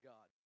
God